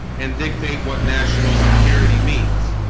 and dictate what national security means